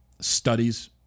studies